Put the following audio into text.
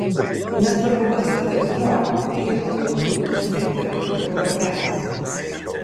nesvarbu kas atsitiks noriu ji nutilo nes dzingtelėjo durų varpelis